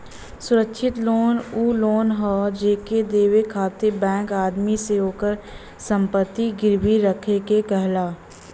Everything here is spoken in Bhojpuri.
सुरक्षित लोन उ लोन हौ जेके देवे खातिर बैंक आदमी से ओकर संपत्ति गिरवी रखे के कहला